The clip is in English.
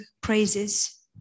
praises